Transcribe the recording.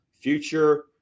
future